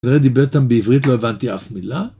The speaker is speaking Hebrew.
כנראה דיבר איתם בעברית לא הבנתי אף מילה